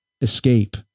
escape